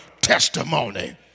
testimony